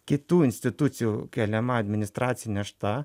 kitų institucijų keliama administraci našta